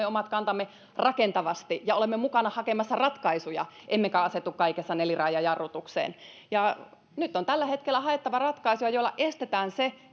omat kantamme rakentavasti ja olemme mukana hakemassa ratkaisuja emmekä asetu kaikessa neliraajajarrutukseen nyt on tällä hetkellä haettava ratkaisuja joilla estetään se